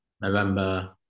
November